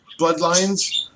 Bloodlines